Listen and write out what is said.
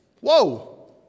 whoa